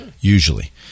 usually